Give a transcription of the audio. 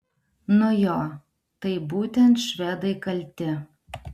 nu jo tai būtent švedai kalti